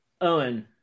Owen